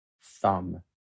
thumb